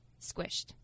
squished